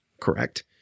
Correct